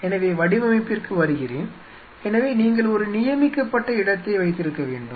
எனவே வடிவமைப்பிற்கு வருகிறேன் எனவே நீங்கள் ஒரு நியமிக்கப்பட்ட இடத்தை வைத்திருக்க வேண்டும்